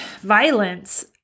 violence